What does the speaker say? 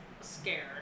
scared